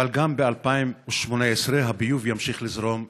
אבל גם ב-2018 הביוב ימשיך לזרום לישראל.